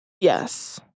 Yes